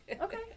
Okay